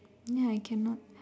ya I cannot